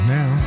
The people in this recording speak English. Now